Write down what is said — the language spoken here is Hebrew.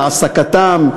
להעסקתם,